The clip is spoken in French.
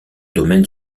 domaine